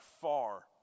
far